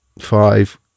Five